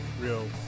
real